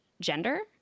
gender